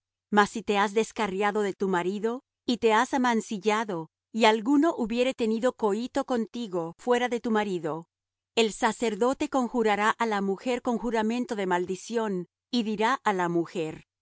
si te has descarriado de tu marido y te has amancillado y alguno hubiere tenido coito contigo fuera de tu marido el sacerdote conjurará á la mujer con juramento de maldición y dirá á la mujer